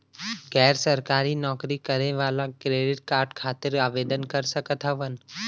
गैर सरकारी नौकरी करें वाला क्रेडिट कार्ड खातिर आवेदन कर सकत हवन?